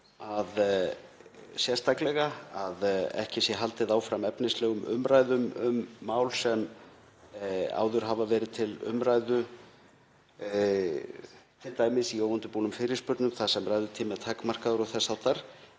það sérstaklega að ekki sé haldið áfram efnislegum umræðum um mál sem áður hafa verið til umræðu, t.d. í óundirbúnum fyrirspurnum þar sem ræðutími er takmarkaður og þess háttar.